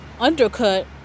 undercut